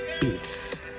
Beats